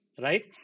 Right